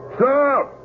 Stop